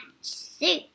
suit